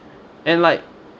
and like